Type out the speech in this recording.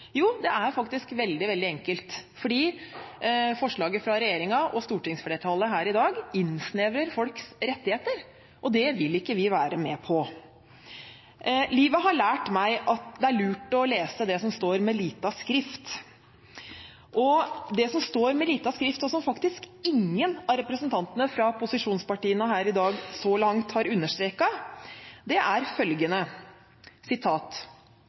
Jo, det er faktisk veldig, veldig enkelt, fordi forslaget fra regjeringen og stortingsflertallet her i dag innsnevrer folks rettigheter, og det vil ikke vi være med på. Livet har lært meg at det er lurt å lese det som står med liten skrift, og det som står med liten skrift, og som faktisk ingen av representantene fra posisjonspartiene her i dag så langt har understreket, er følgende sitat